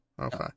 Okay